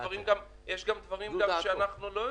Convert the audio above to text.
יש גם דברים שאנחנו לא יודעים,